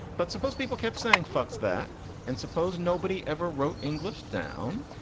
but suppose people kept saying, fucks that and suppose nobody ever wrote english down.